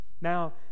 Now